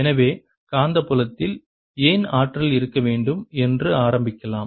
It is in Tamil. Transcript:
எனவே காந்தப்புலத்தில் ஏன் ஆற்றல் இருக்க வேண்டும் என்று ஆரம்பிக்கலாம்